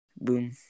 Boom